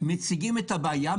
מציגים את הבעיה,